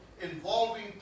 involving